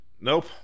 Nope